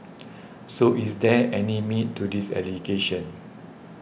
so is there any meat to these allegations